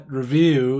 review